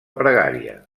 pregària